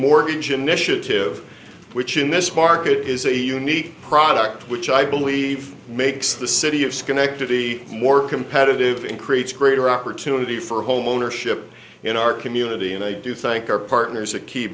mortgage initiative which in this market is a unique product which i believe makes the city of schenectady more competitive and creates greater opportunity for home ownership in our community and i do think our partners a key